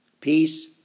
peace